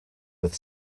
with